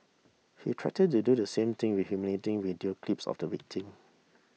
he threatened to do the same with humiliating video clips of the victim